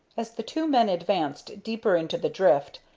as the two men advanced deeper into the drift,